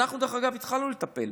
אנחנו, דרך אגב, התחלנו לטפל.